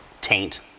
taint